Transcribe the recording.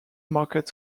market